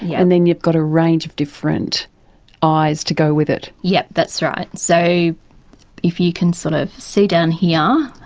yeah and then you've got a range of different eyes to go with it. yes, that's right. so if you can sort of see down here.